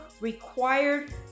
required